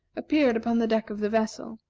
appeared upon the deck of the vessel.